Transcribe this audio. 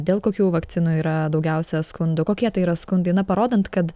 dėl kokių vakcinų yra daugiausia skundų kokie tai yra skundai na parodant kad